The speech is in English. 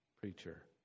preacher